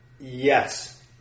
Yes